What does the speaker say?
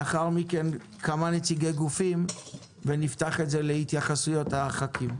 לאחר מכן נשמע כמה נציגי גופים ונפתח את זה להתייחסויות חברי הכנסת.